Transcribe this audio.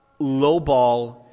lowball